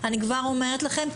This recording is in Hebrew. אני כבר אומרת לכם,